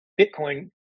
Bitcoin